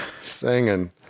singing